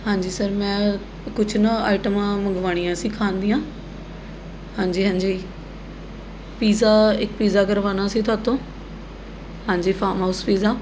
ਹਾਂਜੀ ਸਰ ਮੈਂ ਕੁਛ ਨਾ ਆਈਟਮਾਂ ਮੰਗਵਾਉਣੀਆਂ ਸੀ ਖਾਣ ਦੀਆਂ ਹਾਂਜੀ ਹਾਂਜੀ ਪੀਜ਼ਾ ਇੱਕ ਪੀਜ਼ਾ ਕਰਵਾਉਣਾ ਸੀ ਥੋਤੋ ਹਾਂਜੀ ਫਾਮ ਹਾਊਸ ਪੀਜ਼ਾ